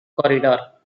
corridor